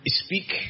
speak